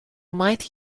might